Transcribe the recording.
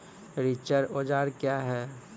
रिचर औजार क्या हैं?